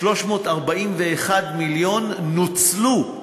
341 מיליון נוצלו,